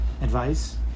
advice